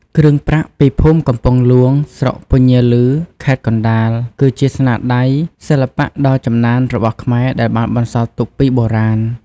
គ្រឿងប្រាក់ពីភូមិកំពង់ហ្លួង ស្រុកពញាឰល ខេត្តកណ្ដាល គឺជាស្នាដៃសិល្បៈដ៏ចំណានរបស់ខ្មែរ ដែលបានបន្សល់ទុកពីបុរាណ